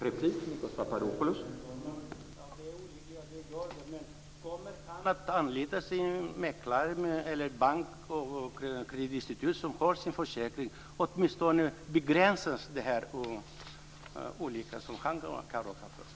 Herr talman! Det är olyckligt att det är så, men om köparen anlitar mäklare, bank eller kreditinstitut som har försäkring begränsas åtminstone den olycka man kan råka ut för.